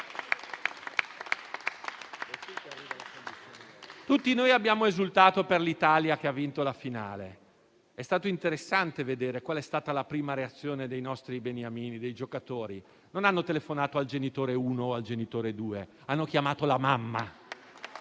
Tutti noi abbiamo esultato per l'Italia che ha vinto la finale degli Europei. È stato interessante vedere qual è stata la prima reazione dei nostri beniamini, dei giocatori. Non hanno telefonato al genitore 1 o al genitore 2. Hanno chiamato la mamma!